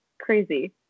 crazy